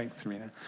like serena,